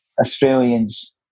Australians